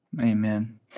Amen